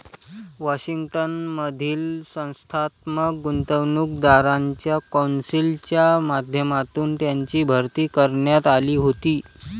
Washington मधील संस्थात्मक गुंतवणूकदारांच्या कौन्सिलच्या माध्यमातून त्यांची भरती करण्यात आली होती